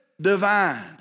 divine